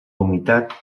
humitat